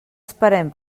esperem